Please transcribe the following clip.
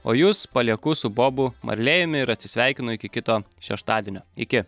o jus palieku su bobu marlėjumi ir atsisveikinu iki kito šeštadienio iki